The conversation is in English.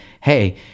Hey